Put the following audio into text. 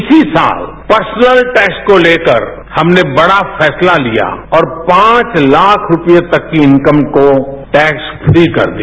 इसी साल personal tax को लेकर हमने बड़ा फैसला लिया और पांच लाख रुपये तक की इनकम को टैक्स फ्री कर दिया